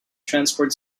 transport